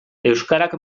euskarak